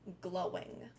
glowing